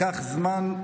לקח זמן,